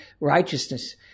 righteousness